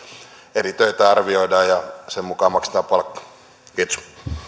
eri töitä arvioidaan ja sen mukaan maksetaan palkkaa kiitos